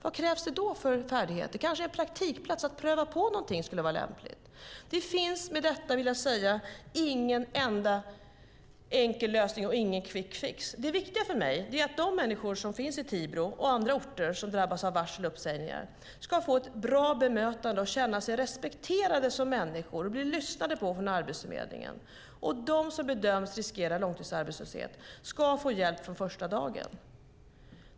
Vad krävs det då för färdigheter? Kanske skulle en praktikplats, att pröva på någonting, vara lämpligt. Det finns, vill jag säga, ingen enkel lösning och ingen quick fix. Det viktiga för mig är att de människor som finns i Tibro och på andra orter som drabbas av varsel och uppsägningar ska få ett bra bemötande och känna sig respekterade som människor, bli lyssnade på från Arbetsförmedlingen. De som bedöms riskera långtidsarbetslöshet ska få hjälp från första dagen.